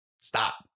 stop